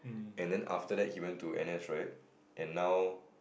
and then after that he went to N_S right and now